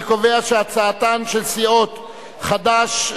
אני קובע שהצעתן של סיעות חד"ש,